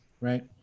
Right